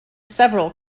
several